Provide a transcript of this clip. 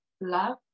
love